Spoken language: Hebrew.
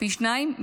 פי שניים.